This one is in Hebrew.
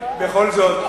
בכל זאת,